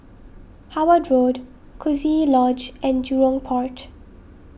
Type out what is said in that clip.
Howard Road Coziee Lodge and Jurong Port